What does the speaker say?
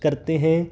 करते हैं